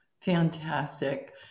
fantastic